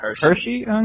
Hershey